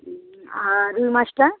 হুম আর রুই মাছটা